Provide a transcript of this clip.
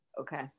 okay